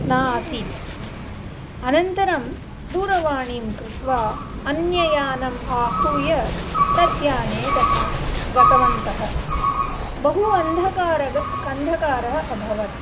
न आसीत् अनन्तरं दूरवाणीं कृत्वा अन्ययानं आहूय तद्याने गतवन् गतवन्तः बहु अन्धकारग क अन्धकारः अभवत्